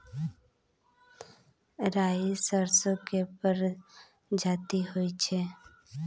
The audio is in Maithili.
राई सरसो केर परजाती होई छै